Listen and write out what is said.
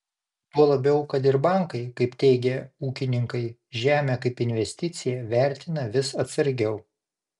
tuo labiau kad ir bankai kaip teigia ūkininkai žemę kaip investiciją vertina vis atsargiau